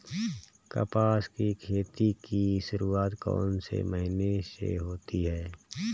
कपास की खेती की शुरुआत कौन से महीने से होती है?